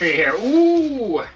here. ooo!